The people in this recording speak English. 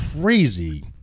Crazy